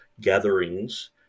gatherings